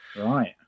Right